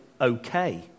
okay